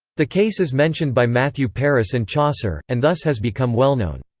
the case is mentioned by matthew paris and chaucer, and thus has become well-known.